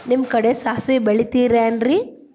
ನಿಮ್ಮ ಕಡೆ ಸಾಸ್ವಿ ಬೆಳಿತಿರೆನ್ರಿ?